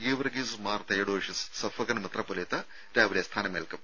Geevarghese Mar Theodosius suffragan മെത്രാപ്പൊലീത്ത രാവിലെ സ്ഥാനമേൽക്കും